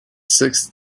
sixth